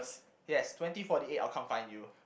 yes twenty forty eight I'll come find you